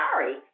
sorry